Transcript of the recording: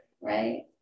right